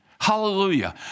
Hallelujah